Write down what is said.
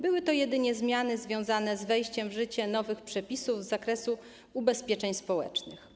Były to jedynie zmiany związane z wejściem w życie nowych przepisów z zakresu ubezpieczeń społecznych.